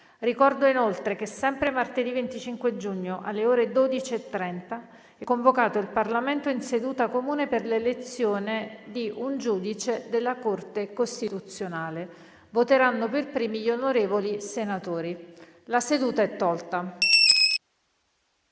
Ricordo che martedì 25 giugno, alle ore 12,30, è convocato il Parlamento in seduta comune per l'elezione di un giudice della Corte costituzionale. Voteranno per primi gli onorevoli senatori. **Sui lavori